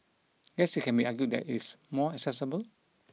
guess it can be argued that it's more accessible